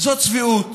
זאת צביעות